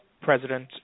President